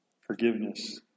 forgiveness